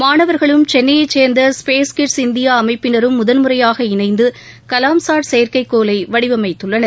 மாணவர்களும் சென்னைய சேர்ந்த ஸ்பேஸ் கிட்ஸ் இந்தியா அமைப்பினரும் முதல் முறையாக இணைந்து கலாம்சாட் செயற்கைகோளை வடிவமைத்துள்ளனர்